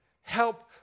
Help